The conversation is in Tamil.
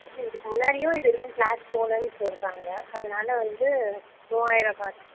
இல்லை இதுக்கு முன்னாடியும் இதுவரைக்கும் க்ளாஸ் போகலன்னு சொல்லுறாங்க அதனால் வந்து மூவாயரரூபா தான்